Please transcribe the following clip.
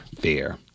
fear